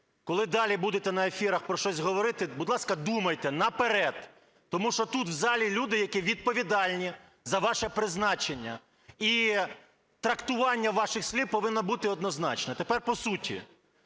коли далі будете на ефірах про щось говорити, будь ласка, думайте наперед, тому що тут в залі люди, які відповідальні за ваше призначення, і трактування ваших слів повинно бути однозначне. Тепер по суті.